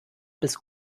bis